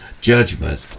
judgment